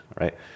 Right